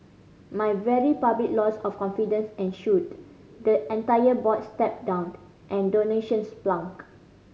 my very public loss of confidence ensued the entire board stepped down and donations plunged